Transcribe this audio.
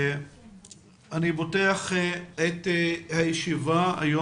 אני פותח את ישיבת הוועדה המיוחדת לזכויות הילד.